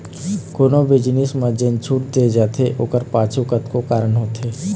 कोनो भी जिनिस म जेन छूट दे जाथे ओखर पाछू कतको कारन होथे